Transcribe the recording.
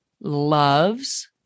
loves